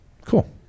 Cool